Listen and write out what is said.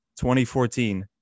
2014